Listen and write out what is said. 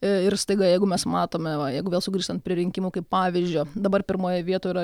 ir staiga jeigu mes matome va jeigu vėl sugrįžtant prie rinkimų kaip pavyzdžio dabar pirmoje vietoje yra